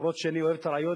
למרות שאני אוהב את הרעיון,